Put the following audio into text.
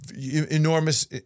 Enormous